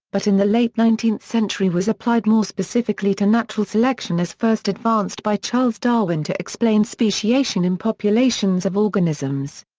but in the late nineteenth century was applied more specifically to natural selection as first advanced by charles darwin to explain speciation in populations of organisms.